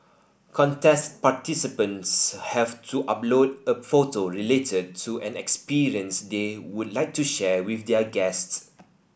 contest participants have to upload a photo related to an experience they would like to share with their guests